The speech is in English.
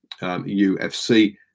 UFC